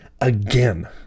again